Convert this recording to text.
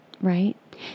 right